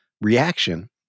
reaction